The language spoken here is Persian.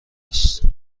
است